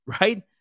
Right